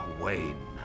Wayne